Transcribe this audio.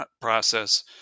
process